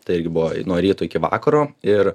tai irgi buvo nuo ryto iki vakaro ir